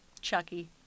Chucky